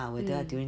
mm